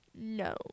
No